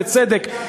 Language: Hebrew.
בצדק,